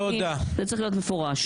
זה צריך להיות מפורש.